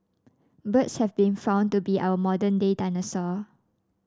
birds have been found to be our modern day dinosaur